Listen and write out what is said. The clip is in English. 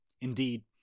Indeed